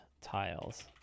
tiles